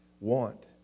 want